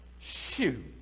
shoot